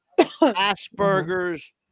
Asperger's